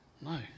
No